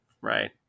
right